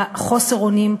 חוסר האונים,